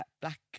black